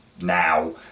Now